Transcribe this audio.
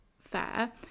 fair